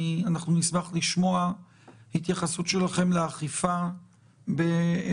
אנחנו נשמח לשמוע התייחסות שלכם לאכיפה בנתב"ג.